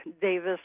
Davis